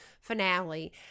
finale